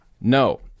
No